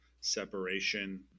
separation